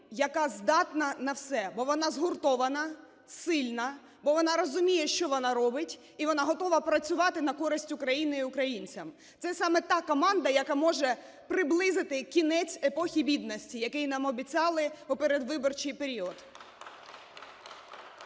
яка здатна на все, бо вона згуртована, сильна, бо вона розуміє, що вона робить, і вона готова працювати на користь України і українцям. Це саме та команда, яка може приблизити кінець епохи бідності, який нам обіцяли у передвиборчий період.